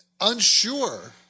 unsure